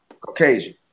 Caucasian